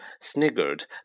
sniggered